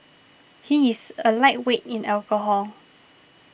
he is a lightweight in alcohol